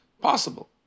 possible